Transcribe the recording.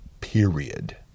period